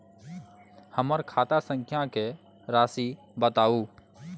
हमर खाता संख्या के राशि बताउ